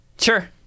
Sure